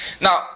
now